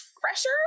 fresher